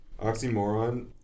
Oxymoron